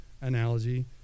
analogy